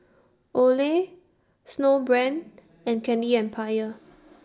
Olay Snowbrand and Candy Empire